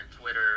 Twitter